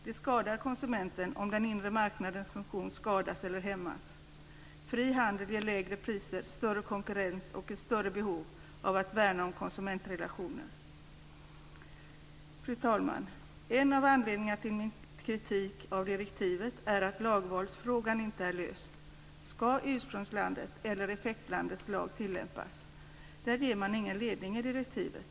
Det skadar konsumenten om den inre marknadens funktion skadas eller hämmas. Fri handel ger lägre priser, större konkurrens och ett större behov av att värna om konsumentrelationer. Fru talman! En av anledningarna till min kritik av direktivet är att lagvalsfrågan inte är löst. Ska ursprungslandets lag eller effektlandets lag tillämpas? Där ger man ingen ledning i direktivet.